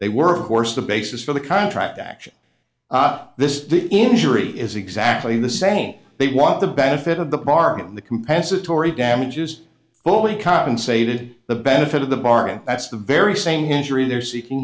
they were horse the basis for the contract action this injury is exactly the same they want the benefit of the bargain the compensatory damages fully compensated the benefit of the bar and that's the very same injury they're seeking